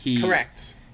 Correct